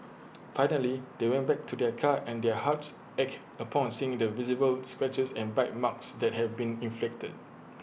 finally they went back to their car and their hearts ached upon seeing the visible scratches and bite marks that have been inflicted